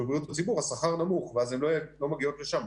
בבריאות הציבור השכר נמוך ואז הן לא מגיעות לשם,